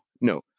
no